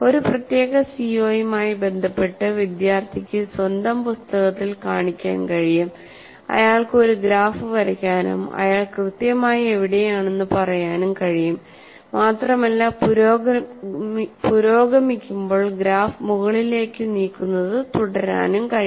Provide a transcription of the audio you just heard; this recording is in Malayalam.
ഒരു പ്രത്യേക സിഒയുമായി ബന്ധപ്പെട്ട് വിദ്യാർത്ഥിക്ക് സ്വന്തം പുസ്തകത്തിൽ കാണിക്കാൻ കഴിയും അയാൾക്ക് ഒരു ഗ്രാഫ് വരയ്ക്കാനും അയാൾ കൃത്യമായി എവിടെയാണെന്ന് പറയാനും കഴിയും മാത്രമല്ല പുരോഗമിക്കുമ്പോൾ ഗ്രാഫ് മുകളിലേക്ക് നീക്കുന്നത് തുടരാനും കഴിയും